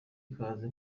ikaze